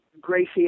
Gracie